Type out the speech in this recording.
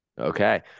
okay